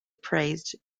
praised